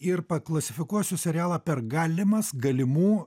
ir paklasifikuosiu serialą per galimas galimų